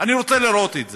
אני רוצה לראות את זה.